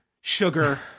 sugar